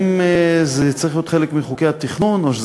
אם זה צריך להיות חלק מחוקי התכנון או שזה